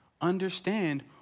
Understand